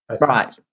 right